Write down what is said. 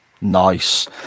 nice